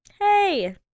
hey